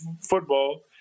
football